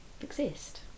exist